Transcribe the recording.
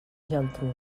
geltrú